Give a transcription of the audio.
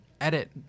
edit